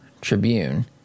Tribune